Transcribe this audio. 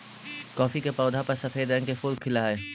coffee के पौधा पर सफेद रंग के फूल खिलऽ हई